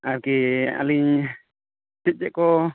ᱟᱨᱠᱤ ᱟᱹᱞᱤᱧ ᱪᱮᱫ ᱪᱮᱫ ᱠᱚ